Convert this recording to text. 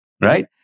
right